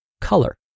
color